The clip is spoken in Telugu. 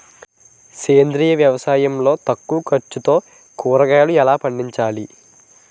సేంద్రీయ వ్యవసాయం లో తక్కువ ఖర్చుతో కూరగాయలు ఎలా పండించాలి?